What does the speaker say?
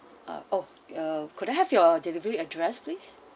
uh oh uh could I have your delivery address please